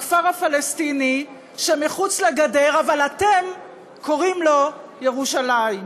הכפר הפלסטיני שמחוץ לגדר אבל אתם קוראים לו ירושלים,